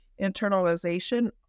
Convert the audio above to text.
internalization